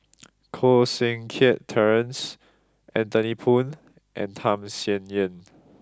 Koh Seng Kiat Terence Anthony Poon and Tham Sien Yen